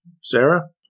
Sarah